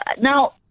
Now